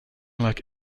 like